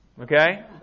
Okay